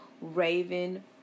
raven